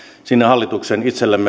sinne hallituksen itselleen